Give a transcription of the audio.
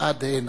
עד הנה.